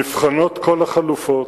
נבחנות כל החלופות,